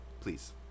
Please